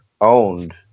owned